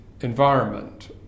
environment